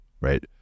right